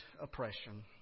oppression